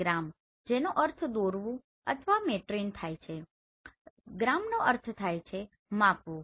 ગ્રામ જેનો અર્થ દોરવું અને મેટ્રેઇન જેનો અર્થ માપવું થાય છે